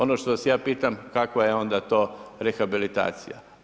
Ono što vas ja pitam, kakva je onda to rehabilitacija?